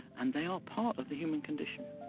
and they are part of the human condition.